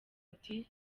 ati